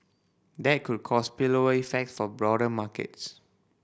that could cause spillover effects for broader markets